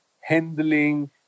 handling